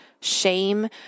shame